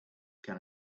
can